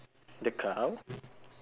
the cow